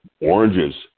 oranges